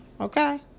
Okay